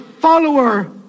Follower